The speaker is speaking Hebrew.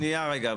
שנייה רגע.